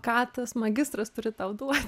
ką tas magistras turi tau duot